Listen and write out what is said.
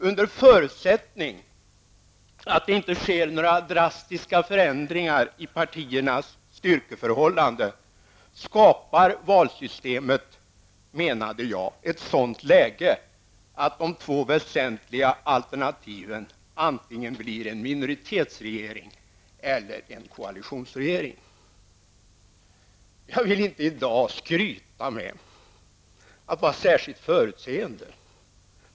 Under förutsättning att det inte sker några drastiska förändringar i partiernas styrkeförhållanden skapar valsystemet, menade jag, ett sådant läge att de två väsentliga alternativen antingen blir en minoritetsregering eller en koalitionsregering. Jag vill inte i dag skryta med att vara särskilt förutseende.